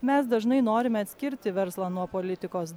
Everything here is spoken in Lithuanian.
mes dažnai norime atskirti verslą nuo politikos